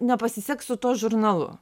nepasiseks su tuo žurnalu